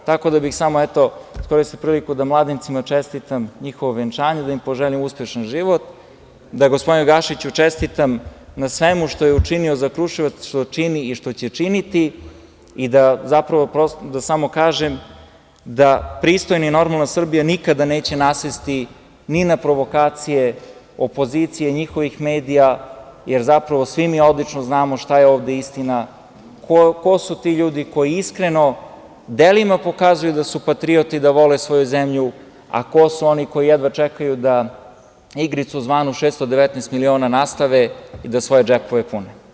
Iskoristio bih priliku da mladencima čestitam njihovo venčanje i da im poželim uspešan život, da gospodinu Gašiću čestitam na svemu što je učinio na Kruševac, što čini i što će činiti i da samo kažem da pristojna i normalna Srbija nikada neće nasesti ni na provokacije opozicije i njihovih medija, jer zapravo svi mi odlično znamo šta je ovde istina, ko su ti ljudi koji iskreno i delima pokazuju da su patriote i da vole svoju zemlju, a ko su oni koji jedva čekaju da igricu zvanu "619 miliona" nastave i da svoje džepove pune.